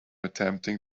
attempting